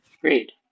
Great